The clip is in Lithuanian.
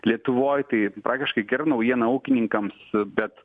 lietuvoj tai praktiškai gera naujiena ūkininkams bet